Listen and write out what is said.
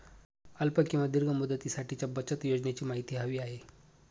अल्प किंवा दीर्घ मुदतीसाठीच्या बचत योजनेची माहिती हवी आहे